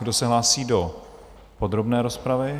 Kdo se hlásí do podrobné rozpravy?